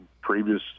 previous